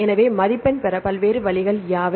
எனவே மதிப்பெண் பெற பல்வேறு வழிகள் யாவை